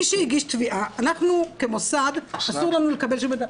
אנחנו כמוסד אסור --- סליחה.